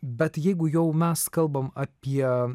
bet jeigu jau mes kalbam apie